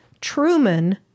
Truman